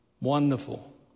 wonderful